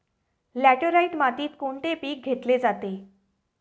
Laterite मातीत कोणते पीक घेतले जाते?